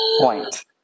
point